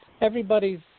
Everybody's